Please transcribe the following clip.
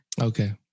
Okay